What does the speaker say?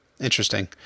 Interesting